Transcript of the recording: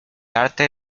arte